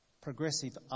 progressive